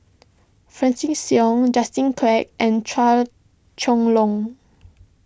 Francis Seow Justin Quek and Chua Chong Long